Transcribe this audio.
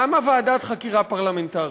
למה ועדת חקירה פרלמנטרית?